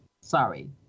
Sorry